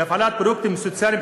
בהפעלת פרויקטים סוציאליים,